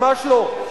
ממש לא.